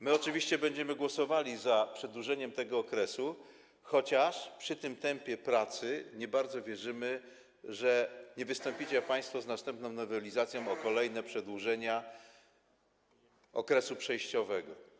My oczywiście będziemy głosowali za przedłużeniem tego okresu, chociaż przy tym tempie pracy nie bardzo wierzymy, że nie wystąpicie państwo z następną nowelizacją, o kolejne przedłużenie okresu przejściowego.